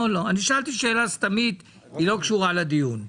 שאלתי שאלה סתמית שלא קשורה לדיון.